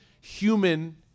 human